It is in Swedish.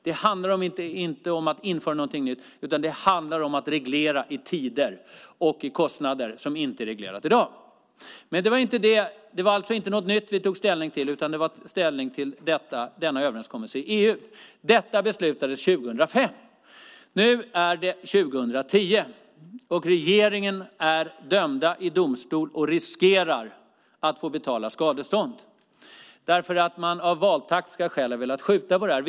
Det handlar inte om att införa någonting nytt, utan det handlar om att reglera när det gäller tider och kostnader, som inte är reglerat i dag. Det var alltså inte något nytt som vi tog ställning till, utan vi tog ställning till denna överenskommelse i EU. Detta beslutades 2005. Nu är det år 2010 och regeringen är dömd i domstol och riskerar att få betala skadestånd, därför att man av valtaktiska skäl har velat skjuta på det här.